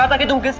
i like don't